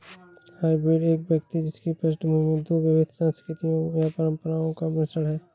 hybrid एक व्यक्ति जिसकी पृष्ठभूमि दो विविध संस्कृतियों या परंपराओं का मिश्रण है